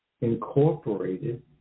incorporated